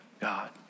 God